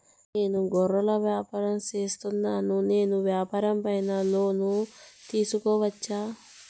నేను గొర్రెలు వ్యాపారం సేస్తున్నాను, నేను వ్యాపారం పైన లోను తీసుకోవచ్చా?